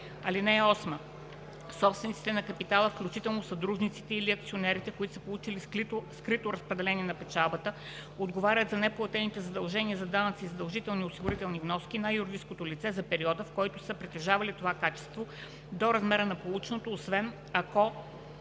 лице. (8) Собствениците на капитала, включително съдружниците или акционерите, които са получили скрито разпределение на печалбата, отговарят за неплатените задължения за данъци и задължителни осигурителни вноски на юридическото лице за периода, в който са притежавали това качество, до размера на полученото, освен ако